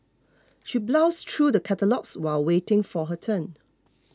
she browsed through the catalogues while waiting for her turn